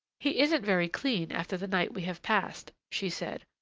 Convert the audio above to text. he isn't very clean after the night we have passed, she said.